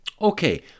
Okay